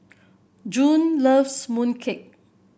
Joan loves mooncake